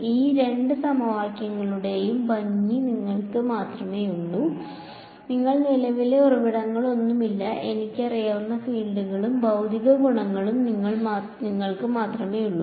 ഈ രണ്ട് സമവാക്യങ്ങളുടേയും ഭംഗി നിങ്ങൾക്ക് മാത്രമേയുള്ളൂ നിങ്ങൾക്ക് നിലവിലെ ഉറവിടങ്ങളൊന്നുമില്ല എനിക്ക് അറിയാവുന്ന ഫീൽഡുകളും ഭൌതിക ഗുണങ്ങളും നിങ്ങൾക്ക് മാത്രമേയുള്ളൂ